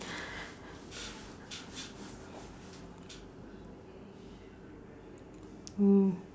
mm